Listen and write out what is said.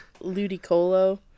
Ludicolo